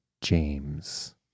James